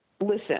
listen